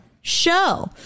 show